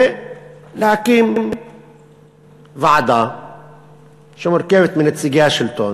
ולהקים ועדה שמורכבת מנציגי השלטון,